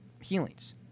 healings